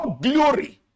glory